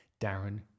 Darren